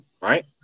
right